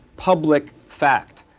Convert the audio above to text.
public fact.